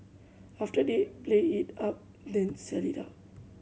after they play it up then sell it out